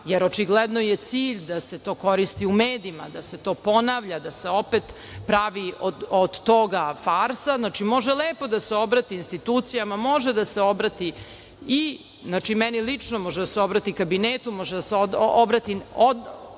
jer očigledno je cilj da se to koristi u medijima, da se to ponavlja, da se opet pravi od toga farsa, lepo da se obrati institucijama, može da se obrati i meni lično, može da se obrati i kabinetu, može da se obrati